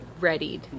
readied